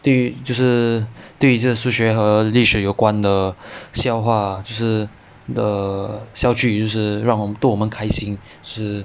对就是对这个数学和历史有关的笑话就是的笑趣就是让我们逗我们开心就是